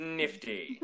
nifty